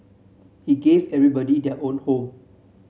he gave everybody their own home